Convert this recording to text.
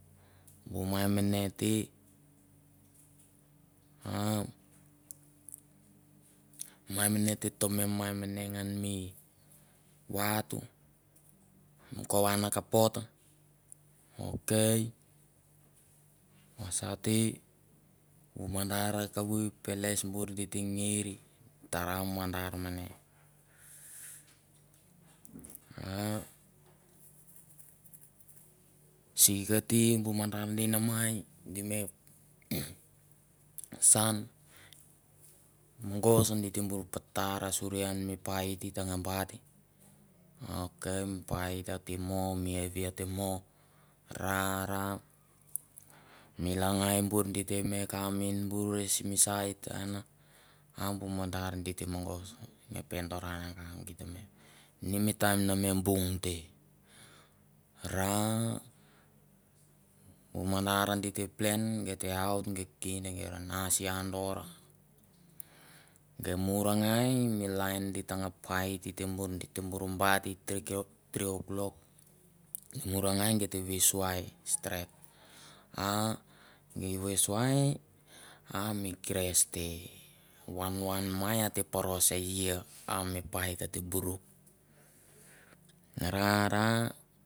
Bu mai mane te a mai mane ate tome mi mai mane ngan mi vatu. mi kovan a ok vasa te bu mandar mandar mane. A sikati bu mandar mane. di namai di me saun mogos di te bur pater suri lain mi pait i tenge bait, ok mi bait, ok mi pait ate mo mi hevi ate mo. ra ra mi langai bur gi te me kam in bure simi sait an. a bu mandar di te mogos nge pendora ian mang di te ne mii taim na me bung te. Ra bu mandar gei te plan gei te aut gai kin gei te ra naisi andor gei morongai mi lain di ta nga pait gi te bor bait tri o'clock moorangai gai te ves suai steret ami ve suai a mi crush te. wan wan mai ate paro se ia a mi pait ate buruk. ra ra.